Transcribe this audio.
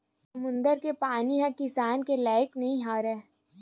समुद्दर के पानी ह किसानी के लइक नइ राहय